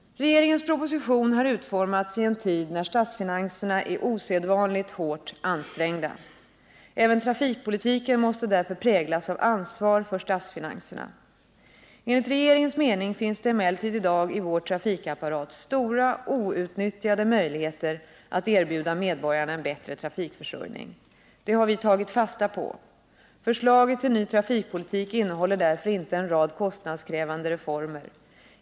Regeringens proposition har utformats i en tid när statsfinanserna är osedvanligt hårt ansträngda. Även trafikpolitiken måste därför präglas av ansvar för statsfinanserna. Enligt regeringens mening finns det emellertid i dag i vår trafikapparat stora outnyttjade möjligheter att erbjuda medborgarna en bättre trafikförsörjning. Det har vi tagit fasta på. Förslaget till ny trafikpolitik innehåller därför inte en rad kostnadskrävande reformer.